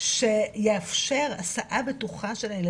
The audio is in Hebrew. - לילדים האלה אי אפשר לתת חיים יותר בטוחים ויותר